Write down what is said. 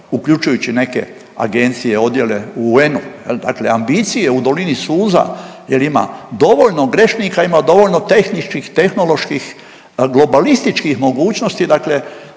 uključujući neke agencije, odjele u UN-u jel. Dakle ambicije u Dolini suza jel ima dovoljno grešnika, ima dovoljno tehničkih, tehnoloških globalističkih mogućnosti dakle